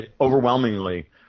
overwhelmingly